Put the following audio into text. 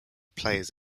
plays